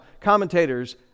commentators